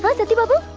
but satti babu.